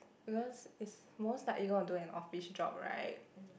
because is most likely you gonna do an office job right